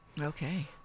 Okay